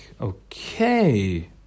okay